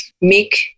make